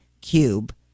cube